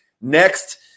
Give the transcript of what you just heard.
Next